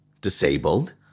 disabled